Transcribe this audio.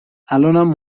الانم